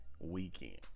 Weekend